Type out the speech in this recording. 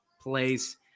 place